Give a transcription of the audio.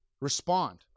respond